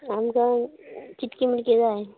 आमकां चिटकी मिटकी जाय